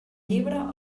llibre